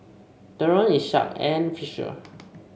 Theron Isaak and Fisher